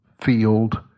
field